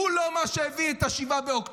הוא לא מה שהביא את 7 באוקטובר.